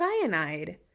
cyanide